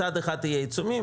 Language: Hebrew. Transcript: מצד אחד יהיה עיצומים,